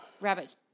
rabbit